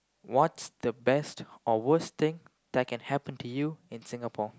what's the best or worst thing that can happen to you in Singapore